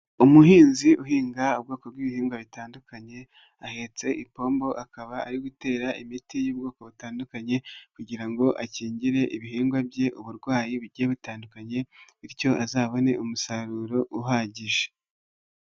Umuhinzi uhinga ubwoko bw'ibihingwa bitandukanye ahetse ipombo akaba ari gutera imiti y'ubwoko butandukanye kugira ngo acyinjyire ibihingwa bye uburwayi bujyiye butandukanye bityo azabone umusaruro uhajyije